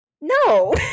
no